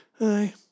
Aye